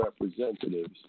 representatives